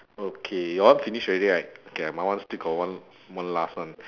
okay your one finish already right okay my one still got one one last one